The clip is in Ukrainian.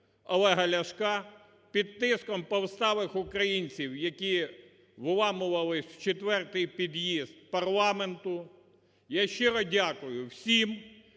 Олега Ляшка під тиском повсталих українців, які виламувалися в четвертий під'їзд парламенту. Я щиро дякую всім,